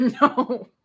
No